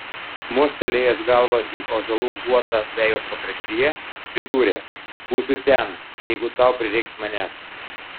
mostelėjęs galva į ąžuolų guotą vejos pakraštyje pridūrė būsiu ten jeigu tau prireiks manęs